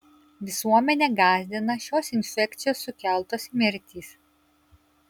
visuomenę gąsdina šios infekcijos sukeltos mirtys